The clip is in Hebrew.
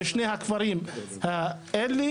בשני הכפרים האלה,